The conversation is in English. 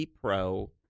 pro